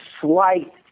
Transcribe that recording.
slight